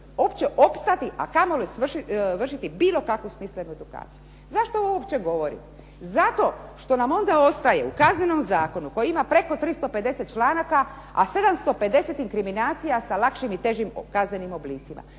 uopće opstati, a kamoli vršiti bilo kakvu smislenu edukaciju. Zašto ovo uopće govorim? Zato što nam onda ostaje u Kaznenom zakonu koji ima preko 350 članaka, a 750 inkriminacija sa lakšim i težim kaznenim oblicima.